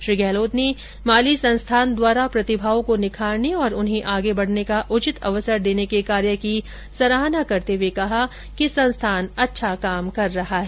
श्री गहलोत ने माली संस्थान द्वारा प्रतिभाओं को निखारने और उन्हें आगे बढ़ने का उचित अवसर देने के कार्य की सराहना करते हुए कहा कि संस्थान अच्छा कार्य कर रहा है